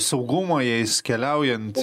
saugumo jais keliaujant